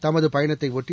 தமது பயணத்தையொட்டி